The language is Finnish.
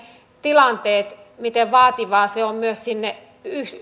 tilanteet miten vaativaa se myös on kun sinne